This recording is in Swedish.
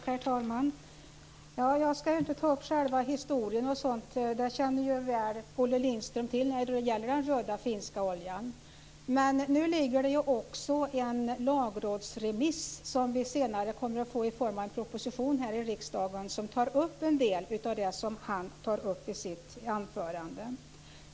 Herr talman! Jag skall inte ta upp själva historien och sådant. Den känner ju Olle Lindström väl till när det gäller den röda finska oljan. Men nu ligger det ju också en lagrådsremiss som vi senare kommer att få i form av en proposition här i riksdagen och som tar upp en del av det som han tar upp i sitt anförande.